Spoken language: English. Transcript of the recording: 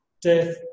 death